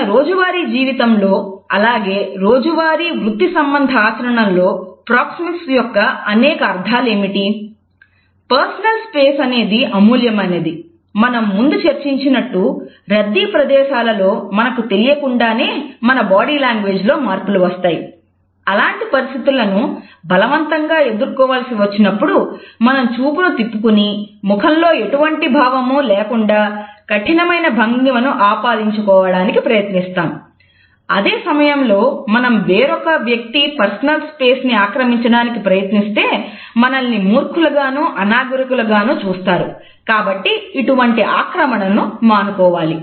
మన రోజువారీ జీవితంలో అలాగే రోజువారీ వృత్తి సంబంధ ఆచరణలో ప్రోక్సెమిక్స్ ని ఆక్రమించడానికి ప్రయత్నిస్తే మనల్ని మూర్ఖులు గాను అనాగరికులు గానూ చూస్తారు కాబట్టి ఇటువంటి ఆక్రమణను మానుకోవాలి